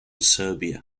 serbia